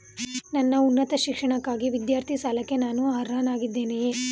ನನ್ನ ಉನ್ನತ ಶಿಕ್ಷಣಕ್ಕಾಗಿ ವಿದ್ಯಾರ್ಥಿ ಸಾಲಕ್ಕೆ ನಾನು ಅರ್ಹನಾಗಿದ್ದೇನೆಯೇ?